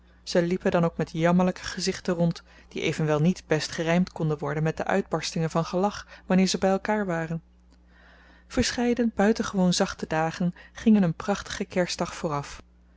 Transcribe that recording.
ze liepen dan ook met jammerlijke gezichten rond die evenwel niet best gerijmd konden worden met de uitbarstingen van gelach wanneer zij bij elkaar waren verscheiden buitengewoon zachte dagen gingen een prachtigen kerstdag vooraf